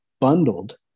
bundled